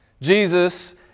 Jesus